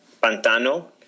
Pantano